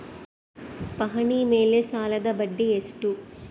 ಪಹಣಿ ಮೇಲೆ ಸಾಲದ ಬಡ್ಡಿ ಎಷ್ಟು?